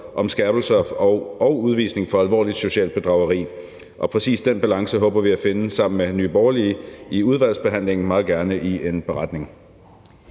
om skærpelser og udvisning i forbindelse med alvorligt socialt bedrageri. Og præcis den balance håber vi at finde sammen med Nye Borgerlige i udvalgsbehandlingen – meget gerne i en beretning.